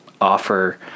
offer